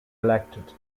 elected